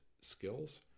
skills